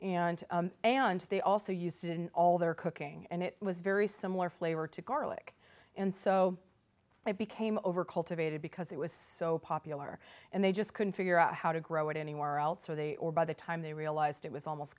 effective and they also used it in all their cooking and it was very similar flavor to garlic and so they became over cultivated because it was so popular and they just couldn't figure out how to grow it anywhere else so they or by the time they realized it was almost